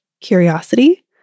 curiosity